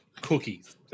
cookies